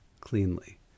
cleanly